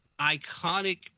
Iconic